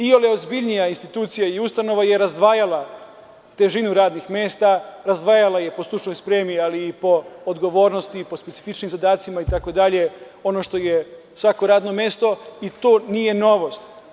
Iole ozbiljnija institucija i ustanova je razdvajala težinu radnih mesta, razdvajala je po stručnoj spremi, ali i po odgovornosti, po specifičnim zadacima, itd, ono što je svako radno mesto i to nije novost.